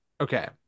Okay